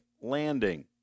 landing